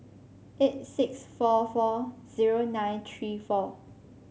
eight six four four zero nine three four